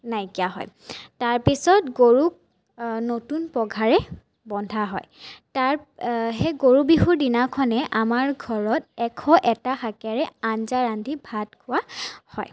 নাইকিয়া হয় তাৰপিছত গৰুক নতুন পঘাৰে বন্ধা হয় তাত সেই গৰু বিহুৰ দিনাখনে আমাৰ ঘৰত এশ এটা শাকেৰে আঞ্জা ৰান্ধি ভাত খোৱা হয়